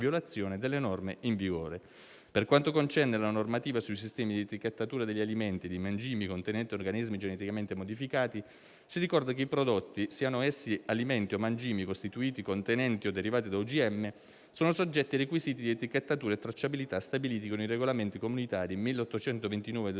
violazione delle norme in vigore. Per quanto concerne la normativa sui sistemi di etichettatura degli alimenti e dei mangimi contenenti organismi geneticamente modificati, si ricorda che i prodotti, siano essi alimenti o mangimi, costituiti, contenenti o derivati da OGM, sono soggetti ai requisiti di etichettatura e tracciabilità stabiliti con i regolamenti comunitari n. 1829/2003